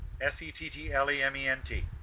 S-E-T-T-L-E-M-E-N-T